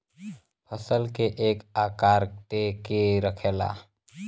फसल के एक आकार दे के रखेला